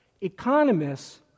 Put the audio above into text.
Economists